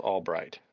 Albright